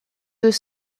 deux